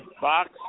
box